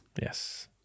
yes